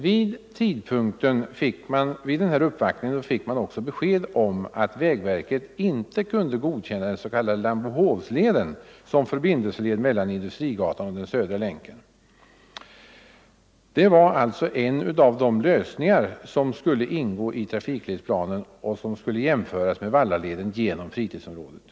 Men vid uppvaktningen fick man också besked om att vägverket inte kunde godkänna den s.k. Lambohovsleden som förbindelseled mellan Industrigatan och Södra länken. Det var alltså en av de lösningar som skulle ingå i trafikledsplanen och som skulle jämföras med Vallaleden genom fritidsområdet.